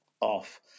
off